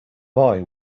boy